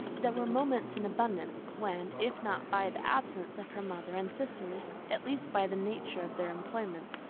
there were moments in abundance, when, if not by the absence of her mother and sisters, at least by the nature of their employments,